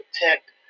protect